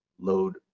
load